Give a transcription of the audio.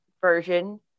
version